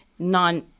non